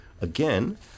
Again